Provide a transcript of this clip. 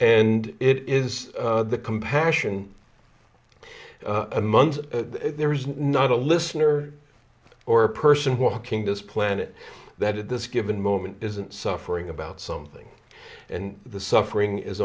it is the compassion a month there is not a listener or a person walking this planet that did this given moment isn't suffering about something and the suffering is